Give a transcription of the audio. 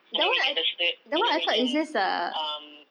and then we get the cert and then we can um